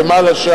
שם למעלה,